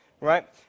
right